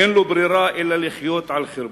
אין לו ברירה אלא לחיות על חרבו.